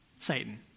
Satan